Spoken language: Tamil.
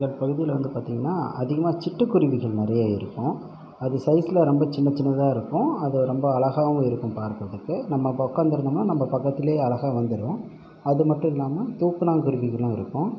அதுக்கு என்ன மரங்கொத்தி பறவைகளெலாம் காணப்படும் அப்புறம் அதுவும் இல்லாமல் நாரை வகையை சார்ந்த பறவைகளும் இருக்கும் இதெல்லாம் வந்து பார்த்திங்கன்னா அதிகமாக நீர் இருக்கிற இடத்துல வந்து இருக்கும் ஏரிகள்லேயும் அந்த வாய்க்கால் போகிற இடத்துலயும் இருக்கிற மீன்களை சாப்பிடுறத்துக்காக இந்த பறவைகளெலாம் நிறையா வரும் இதை வந்து பார்க்கறத்துக்கு நிறையா பொழுதுப்போக்காக இருக்கும்